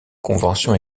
conventions